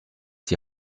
die